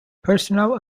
personnel